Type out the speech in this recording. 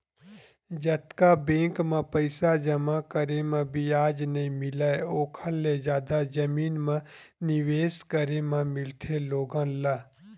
जतका बेंक म पइसा जमा करे म बियाज नइ मिलय ओखर ले जादा जमीन म निवेस करे म मिलथे लोगन ल